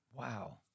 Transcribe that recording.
Wow